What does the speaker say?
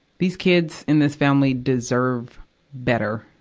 these kids in this family deserve better.